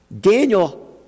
Daniel